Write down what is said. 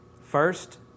first